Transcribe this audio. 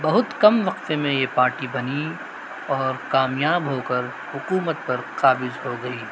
بہت کم وقفے میں یہ پارٹی بنی اور کامیاب ہو کر حکومت پر قابض ہو گئی